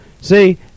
See